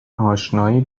آشنایی